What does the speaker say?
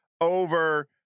over